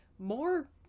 More